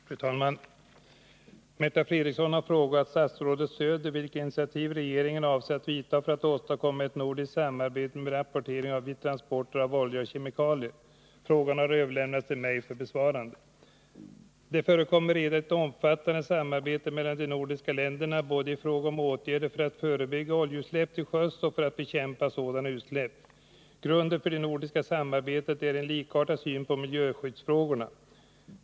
Fru talman! Märta Fredrikson har frågat statsrådet Söder vilka initiativ regeringen avser att vidta för att åstadkomma ett nordiskt samarbete med rapportering vid transporter av olja och kemikalier. Frågan har överlämnats till mig för besvarande. Det förekommer redan ett omfattande samarbete mellan de nordiska länderna både i fråga om åtgärder för att förebygga oljeutsläpp till sjöss och för att bekämpa sådana utsläpp. Grunden för det nordiska samarbetet är en likartad syn på miljöskyddsfrågorna.